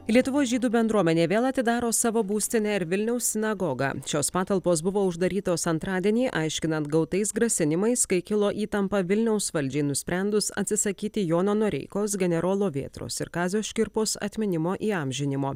lietuvos žydų bendruomenė vėl atidaro savo būstinę ir vilniaus sinagogą šios patalpos buvo uždarytos antradienį aiškinant gautais grasinimais kai kilo įtampa vilniaus valdžiai nusprendus atsisakyti jono noreikos generolo vėtros ir kazio škirpos atminimo įamžinimo